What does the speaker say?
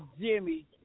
Jimmy